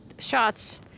shots